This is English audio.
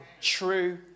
True